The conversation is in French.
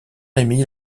rémy